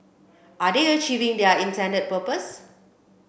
are they achieving their intended purpose